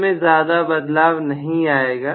इसमें ज्यादा बदलाव नहीं आएगा